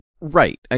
right